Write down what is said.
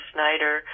Snyder